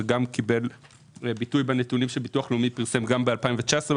זה גם קיבל ביטוי בנתונים שהביטוח הלאומי פרסם במחקר